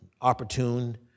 opportune